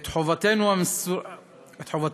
את חובתנו המוסרית